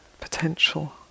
potential